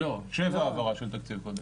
לא, 7 העברה של תקציב קודם.